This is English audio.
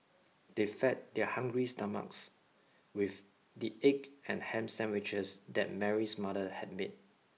they fed their hungry stomachs with the egg and ham sandwiches that Mary's mother had made